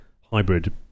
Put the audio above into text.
hybrid